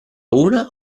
una